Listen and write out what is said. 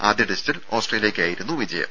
ആദ്യ ടെസ്റ്റിൽ ഓസ്ട്രേലിയക്കായിരുന്നു വിജയം